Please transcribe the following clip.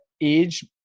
Age